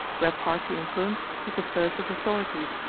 where party influence is the first of authorities,